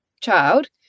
child